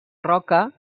roca